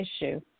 issue